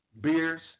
beers